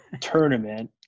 tournament